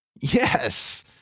Yes